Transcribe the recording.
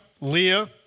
Leah